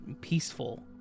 peaceful